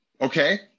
Okay